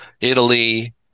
Italy